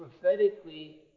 prophetically